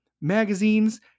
magazines